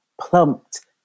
plumped